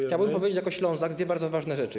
Chciałbym powiedzieć jako Ślązak dwie bardzo ważne rzeczy.